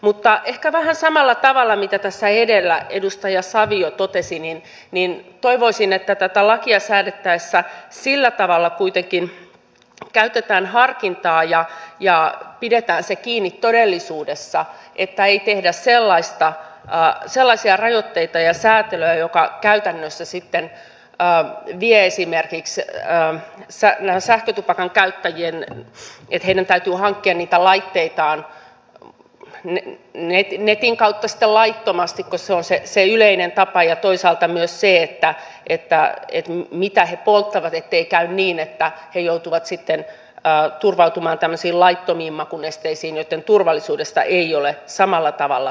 mutta ehkä vähän samalla tavalla kuin tässä edellä edustaja savio totesi toivoisin että tätä lakia säädettäessä kuitenkin käytetään harkintaa ja pidetään se kiinni todellisuudessa että ei tehdä sellaisia rajoitteita ja säätelyä jotka käytännössä sitten vievät esimerkiksi siihen että sähkötupakan käyttäjien täytyy hankkia niitä laitteitaan netin kautta sitten laittomasti kun se on se yleinen tapa ja toisaalta myös ettei siinä mitä he polttavat käy niin että he joutuvat sitten turvautumaan tämmöisiin laittomiin makunesteisiin joitten turvallisuudesta ei ole samalla tavalla takeita